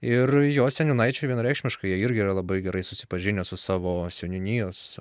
ir jo seniūnaičiai vienareikšmiškai jie irgi yra labai gerai susipažinę su savo seniūnijos